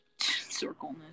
Circleness